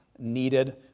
Needed